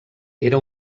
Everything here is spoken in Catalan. era